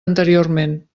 anteriorment